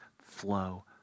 flow